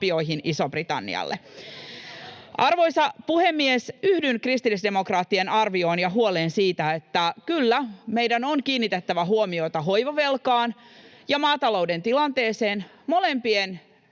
Arvoisa puhemies! Yhdyn kristillisdemokraattien arvioon ja huoleen siitä, että kyllä, meidän on kiinnitettävä huomiota hoivavelkaan ja maatalouden tilanteeseen. [Päivi